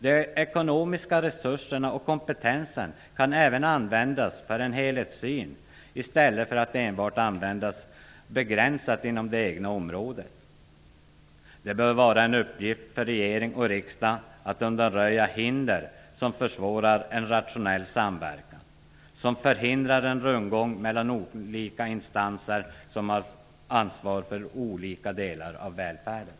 De ekonomiska resurserna och kompetensen kan även användas för en helhetssyn i stället för att enbart användas begränsat inom det egna området. Det bör vara en uppgift för regering och riksdag att undanröja hinder som försvårar en rationell samverkan och förhindra en rundgång mellan olika instanser som har ansvar för olika delar av välfärden.